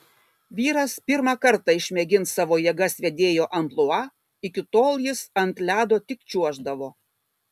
vyras pirmą kartą išmėgins savo jėgas vedėjo amplua iki tol jis ant ledo tik čiuoždavo